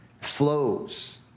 flows